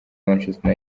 manchester